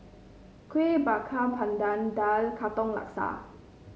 Kuih Bakar Pandan daal Katong Laksa